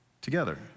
together